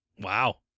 Wow